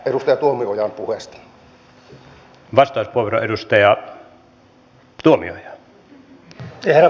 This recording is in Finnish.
se on äärimmäisen tärkeä asia meille